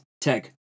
Tech